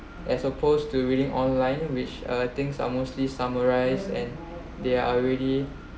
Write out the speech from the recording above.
as opposed to reading online which are things are mostly summarize and they're already